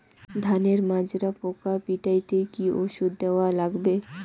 ধানের মাজরা পোকা পিটাইতে কি ওষুধ দেওয়া লাগবে?